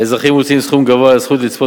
האזרחים מוציאים סכום גבוה על הזכות לצפות